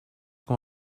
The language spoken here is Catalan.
com